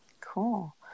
Cool